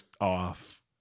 off